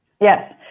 yes